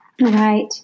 Right